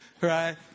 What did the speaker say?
right